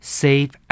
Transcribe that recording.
save